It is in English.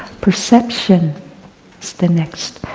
perception is the next.